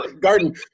garden